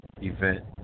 event